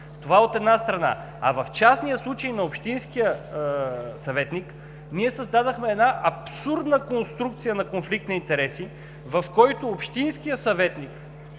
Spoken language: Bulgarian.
това от една страна. В частния случай на общинския съветник ние създадохме една абсурдна конструкция на конфликт на интереси, в който общинският съветник,